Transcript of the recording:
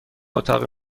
اتاقی